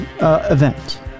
event